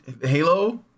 halo